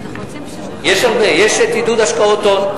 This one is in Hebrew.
יש הרבה, יש עידוד השקעות הון.